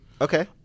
Okay